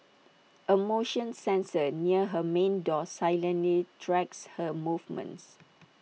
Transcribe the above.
A motion sensor near her main door silently tracks her movements